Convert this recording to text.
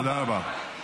תודה רבה.